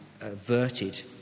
averted